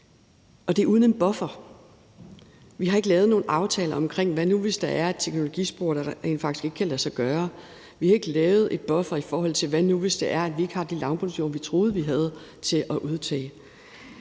og det er uden en buffer. Vi har ikke lavet nogen aftale om, hvad der skal ske, hvis der nu er et teknologispor, der rent faktisk ikke kan lade sig gøre. Vi har ikke lavet en buffer, hvis det nu er, at vi ikke har de lavbundsjorder at udtage, vi troede vi havde. En buffer